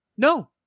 No